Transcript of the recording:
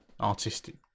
artistic